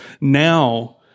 Now